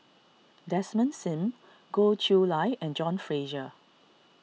Desmond Sim Goh Chiew Lye and John Fraser